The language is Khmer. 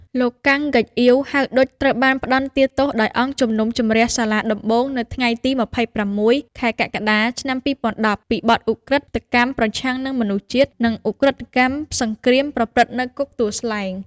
លោកកាំង ហ្កេកអ៊ាវ ហៅឌុច ត្រូវបានផ្តន្ទាទោសដោយអង្គជំនុំជម្រះសាលាដំបូងនៅថ្ងៃទី២៦ ខែកក្កដា ឆ្នាំ២០១០ពីបទឧក្រិដ្ឋកម្មប្រឆាំងនឹងមនុស្សជាតិ និងឧក្រិដ្ឋកម្មសង្គ្រាមប្រព្រឹត្តនៅគុកទួលស្លែង។